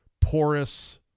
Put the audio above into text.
porous